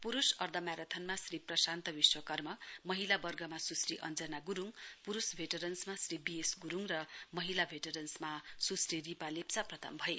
पुरुष अर्ध म्याराथनमा श्री प्रशान्त विश्वकर्मा महिला वर्गमा सुश्री अञ्जना गुरुङ पुरुष भेटरन्समा श्री वी एस गुरुङ र महिला भेटरन्समा सुश्री रिपा लेप्चा प्रथम भए